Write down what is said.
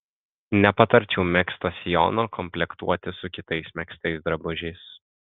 nepatarčiau megzto sijono komplektuoti su kitais megztais drabužiais